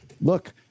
look